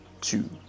two